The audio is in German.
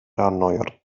erneuert